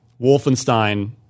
wolfenstein